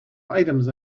items